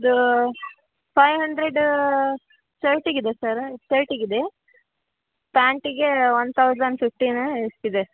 ಅದು five hundred ಶರ್ಟಿಗೆ ಇದೆ ಸರ್ ಶರ್ಟಿಗೆ ಇದೆ ಪ್ಯಾಂಟಿಗೆ ಒನ್ ತೌಸಂಡ್ ಫಿಫ್ಟೀನ ಅಷ್ಟಿದೆ